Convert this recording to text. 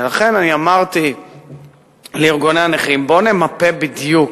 ולכן אני אמרתי לארגוני הנכים: בואו נמפה בדיוק